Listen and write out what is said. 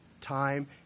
time